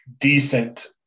decent